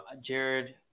Jared